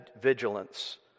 vigilance